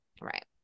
right